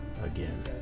again